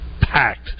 packed